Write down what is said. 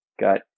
got